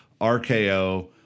RKO